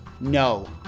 No